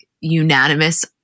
unanimous